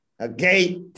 okay